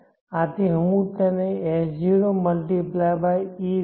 તેથી હું તેને S0 × ei